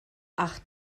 ach